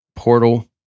portal